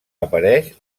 apareix